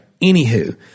Anywho